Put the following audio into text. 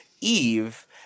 Eve